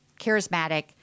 charismatic